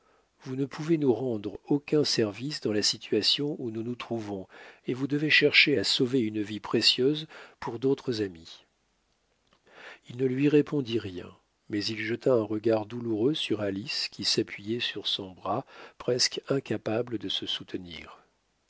vous ne pouvez nous rendre aucun service dans la situation où nous nous trouvons et vous devez chercher à sauver une vie précieuse pour d'autres amis il ne lui répondit rien mais il jeta un regard douloureux sur alice qui s'appuyait sur son bras presque incapable de se soutenir